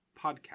podcast